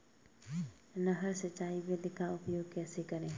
नहर सिंचाई विधि का उपयोग कैसे करें?